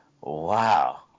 wow